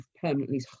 permanently